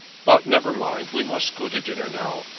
but never mind we must go to dinner now.